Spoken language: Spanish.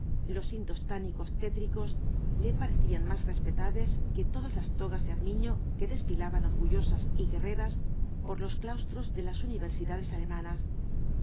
los indostánicos tétricos le parecían más respetables que todas las togas de armiño que desfilaban orgullosas y guerreras por los claustros de las universidades alemanas